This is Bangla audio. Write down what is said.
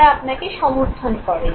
তারা আপনাকে সমর্থন করেন